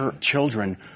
children